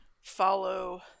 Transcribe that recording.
follow